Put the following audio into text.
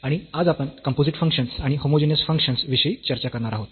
आणि आज आपण कंपोझिट फंक्शन्स आणि होमोजेनियस फंक्शन्स विषयी चर्चा करणार आहोत